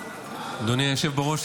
אדוני היושב בראש,